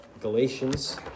Galatians